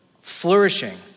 flourishing